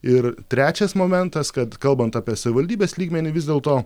ir trečias momentas kad kalbant apie savivaldybės lygmenį vis dėlto